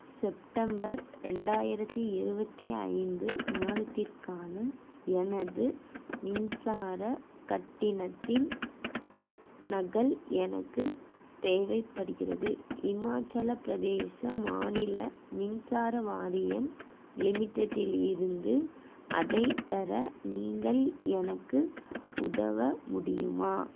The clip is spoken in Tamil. செப்டம்பர் ரெண்டாயிரத்தி இருபத்தி ஐந்து மாதத்திற்கான எனது மின்சார கட்டணத்தின் நகல் எனக்கு தேவைப்படுகிறது இமாச்சல பிரதேசம் மாநில மின்சார வாரியம் லிமிடெட்டிலிருந்து அதை பெற நீங்கள் எனக்கு உதவ முடியுமா